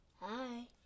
Hi